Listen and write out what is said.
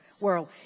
world